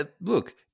look